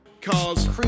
Cars